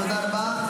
תודה רבה.